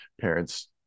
parents